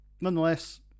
Nonetheless